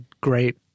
great